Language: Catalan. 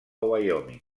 wyoming